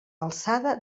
alçada